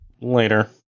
Later